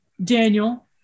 Daniel